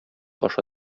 аша